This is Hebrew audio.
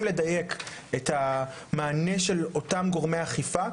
לדייק את המענה של אותם גורמי אכיפה,